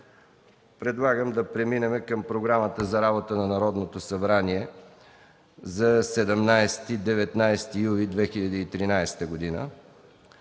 Предлагам да преминем към Програмата за работа на Народното събрание за 17-19 юли 2013 г.: „1.